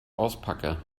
auspacke